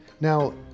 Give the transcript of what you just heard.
Now